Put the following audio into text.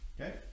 Okay